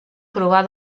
provar